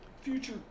future